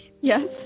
Yes